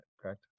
correct